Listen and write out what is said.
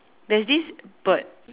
there's this bird